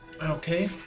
Okay